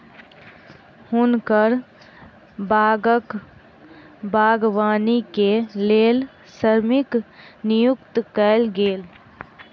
हुनकर बागक बागवानी के लेल श्रमिक नियुक्त कयल गेल